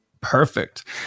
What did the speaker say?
Perfect